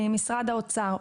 ממשרד האוצר.